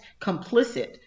complicit